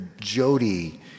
Jody